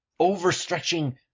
overstretching